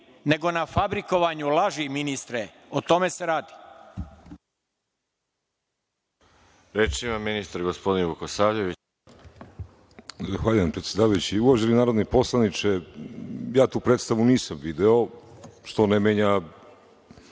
nego na fabrikovanju laži, ministre. O tome se radi.